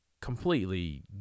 completely